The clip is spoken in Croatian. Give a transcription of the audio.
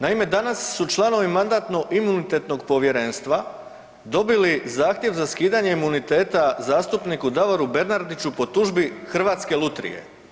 Naime, danas su članovi Mandatno-imunitetno povjerenstva dobili zahtjev za skidanje imuniteta zastupnika Davoru Bernardiću po tužbi Hrvatske lutrije.